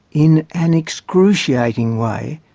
in an excruciating way,